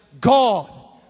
God